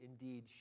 indeed